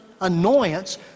annoyance